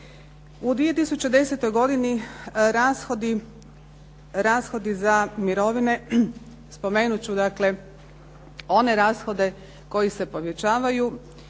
U 2010. godini rashodi za mirovine, spomenut ću dakle one rashode koji se povećavaju,